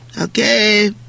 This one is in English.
Okay